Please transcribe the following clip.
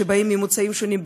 שבאים ממוצאים שונים,